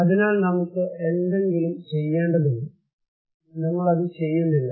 അതിനാൽ നമുക്ക് എന്തെങ്കിലും ചെയ്യേണ്ടതുണ്ട് നമ്മൾ അത് ചെയ്യുന്നില്ല